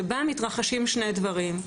שבה מתרחשים שני דברים.